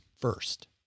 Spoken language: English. first